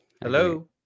Hello